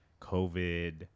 COVID